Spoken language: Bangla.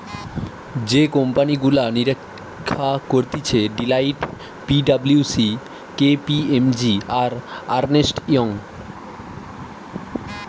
যে কোম্পানি গুলা নিরীক্ষা করতিছে Deloitte, P W C, K P M G, আর আর্নেস্ট ইয়ং